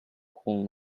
pull